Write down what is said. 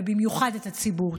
ובמיוחד את הציבור.